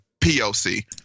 POC